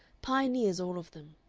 pioneers all of them.